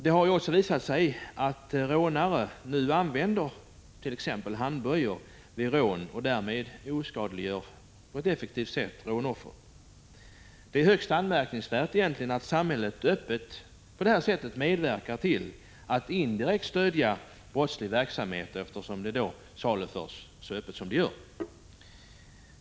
Det har visat sig att rånare nu använder t.ex. handbojor för att på ett effektivt sätt oskadliggöra sina offer. Det är högst anmärkningsvärt att samhället öppet medverkar till att indirekt stödja brottslig verksamhet, eftersom utrustningen saluförs så öppet som sker.